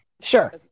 Sure